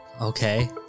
Okay